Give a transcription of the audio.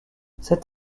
cet